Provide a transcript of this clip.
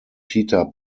peter